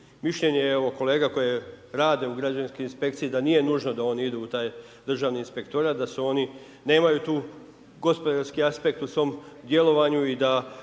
Mišljenje je evo kolega koje rade u Građevinskoj inspekciji da nije nužno da oni idu u taj Državni inspektorat, da oni nemaju tu gospodarski aspekt u svom djelovanju i da